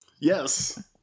Yes